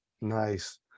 Nice